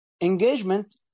Engagement